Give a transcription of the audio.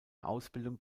ausbildung